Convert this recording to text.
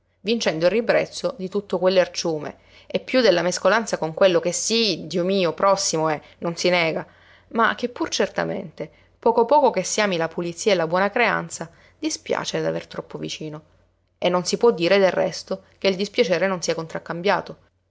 vincendo il ribrezzo di tutto quel lerciume e più della mescolanza con quello che sí dio mio prossimo è non si nega ma che pur certamente poco poco che si ami la pulizia e la buona creanza dispiace aver troppo vicino e non si può dire del resto che il dispiacere non sia contraccambiato